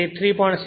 તે 3